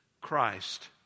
Christ